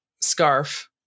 scarf